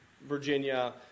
Virginia